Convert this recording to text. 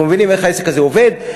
אנחנו מבינים איך העסק הזה עובד,